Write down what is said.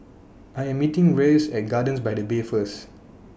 I Am meeting Reyes At Gardens By The Bay First